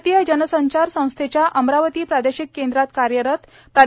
भारतीय जनसंचार संस्थेच्या अमरावती प्रादेशिक केंद्रात कार्यरत प्रा